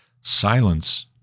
silence